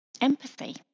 empathy